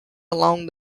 along